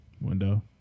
Window